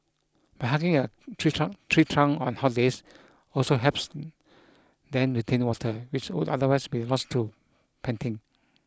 but hugging a tree trunk tree trunk on hot days also helps then retain water which would otherwise be lost through panting